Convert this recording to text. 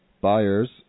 buyers